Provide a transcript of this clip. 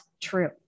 true